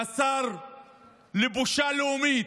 והשר לבושה לאומית,